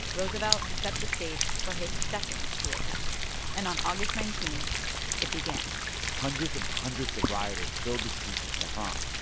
roosevelt set the stage for his second coup attempt. and on august nineteen, and it began hundreds and hundreds of rioters filled the streets of tehran.